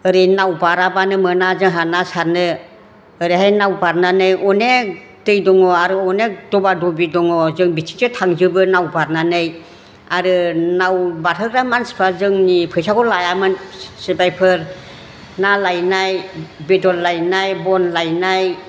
ओरै नाव बाराबानो मोना जोंहा ना सारनो ओरैहाय नाव बारनानै अनेक दै दङ आरो अनेक दबा दबि दङ जों बिथिंसो थांजोबो नाव बारनानै आरो नाव बारहोग्रा मानसिफ्रा जोंनि फैसाखौ लायामोन सिबायफोर ना लायनाय बेदर लायनाय बन लायनाय